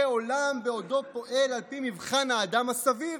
עולם בעודו פועל על פי מבחן האדם הסביר,